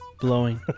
blowing